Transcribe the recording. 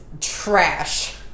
trash